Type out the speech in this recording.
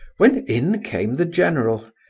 when in came the general.